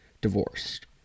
divorced